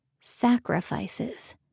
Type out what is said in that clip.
Sacrifices